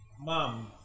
mom